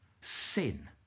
sin